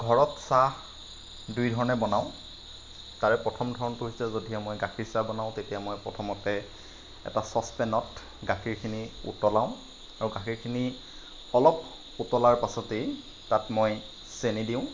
ঘৰত চাহ দুই ধৰণে বনাওঁ তাৰে প্ৰথম ধৰণটো হৈছে যদিহে মই গাখীৰ চাহ বনাওঁ তেতিয়া মই প্ৰথমতে এটা চচপেনত গাখীৰখিনি উতলাওঁ আৰু গাখীৰখিনি অলপ উতলাৰ পাছতেই তাত মই চেনী দিওঁ